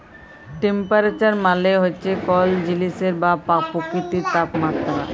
temperature মালে হছে কল জিলিসের বা পকিতির তাপমাত্রা